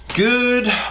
Good